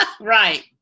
Right